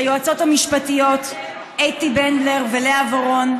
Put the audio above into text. ליועצת המשפטית אתי בנדלר וללאה ורון.